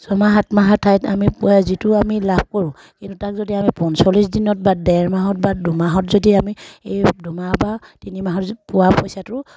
ছমাহ সাতমাহৰ ঠাইত আমি পুৱা যিটো আমি লাভ কৰোঁ কিন্তু তাক যদি আমি পঞ্চল্লিছ দিনত বা ডেৰ মাহত বা দুমাহত যদি আমি এই দুমাহ বা তিনিমাহত পোৱা পইচাটো